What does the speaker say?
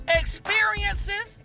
experiences